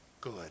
good